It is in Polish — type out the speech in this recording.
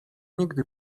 nigdy